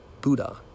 Buddha